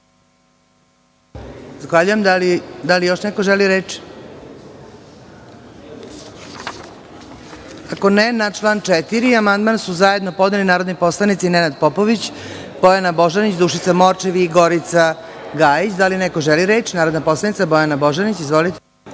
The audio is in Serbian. Zahvaljujem. Da li još neko želi reč? (Ne)Na član 4. amandman su zajedno podneli narodni poslanici Nenad Popović, Bojana Božanić, Dušica Morčev i Gorica Gajić. Da li neko želi reč? Reč ima narodna poslanica Bojana Božanić. Izvolite.